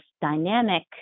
dynamic